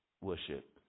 worship